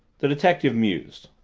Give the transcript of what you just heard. the detective mused.